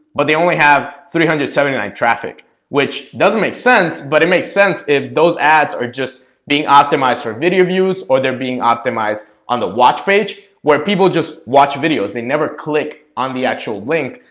but they only have three hundred and seventy nine traffic which doesn't make sense, but it makes sense if those ads are just being optimized for video views or they're being optimized on the watch page where people just watch videos they never click on the actual link.